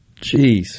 Jeez